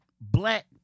black